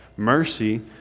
Mercy